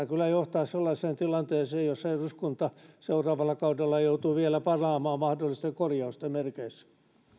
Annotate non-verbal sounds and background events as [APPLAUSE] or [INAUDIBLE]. [UNINTELLIGIBLE] kyllä johtaa sellaiseen tilanteeseen jossa eduskunta seuraavalla kaudella joutuu vielä palaamaan mahdollisten korjausten merkeissä